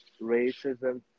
racism